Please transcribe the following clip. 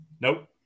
Nope